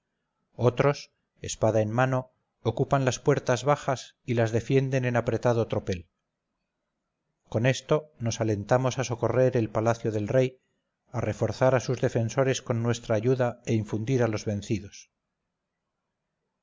otros espada en mano ocupan las puertas bajas y las defienden en apretado tropel con esto nos alentamos a socorrer el palacio del rey a reforzar a sus defensores con nuestra ayuda e infundir a los vencidos